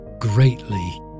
greatly